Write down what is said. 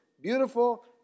beautiful